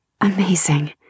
Amazing